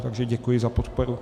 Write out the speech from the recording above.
Takže děkuji za podporu.